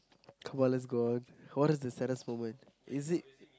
come on let's go on what is the saddest moment is it